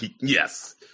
Yes